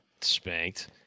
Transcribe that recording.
spanked